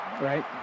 Right